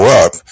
up –